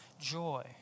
joy